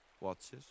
watches